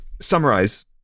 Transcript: Summarize